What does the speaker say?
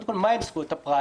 קודם כול, מה הן זכויות הפרט?